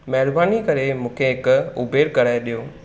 महिरबानी करे मूंखे हिकु उबर कराइ ॾियो